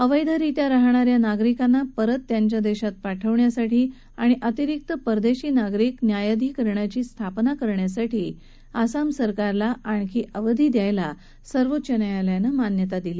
अवैधरित्या राहणाऱ्या नागरिकांना परत त्यांच्या देशात पाठवण्यासाठी आणि अतिरीक्त परदेशी नागरिक न्यायधिकरणाची स्थापना करण्यासाठी आसाम सरकारला आणखी वेळ देण्याला सर्वोच्च न्यायालयानं मान्यता दिली